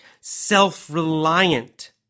self-reliant